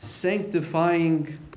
sanctifying